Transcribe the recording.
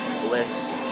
...bliss